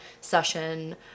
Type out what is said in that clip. session